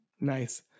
Nice